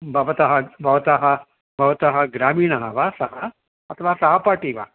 भवतः भवतः भवतः ग्रामीणः वा सः अथवा सहपाठि वा